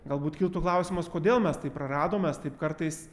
galbūt kiltų klausimas kodėl mes tai praradom mes taip kartais